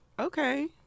Okay